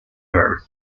her